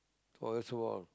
oh that's all